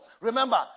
Remember